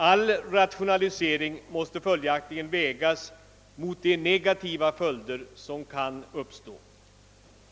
All rationalisering måste följaktligen vägas mot de negativa följder som kan uppstå.